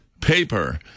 paper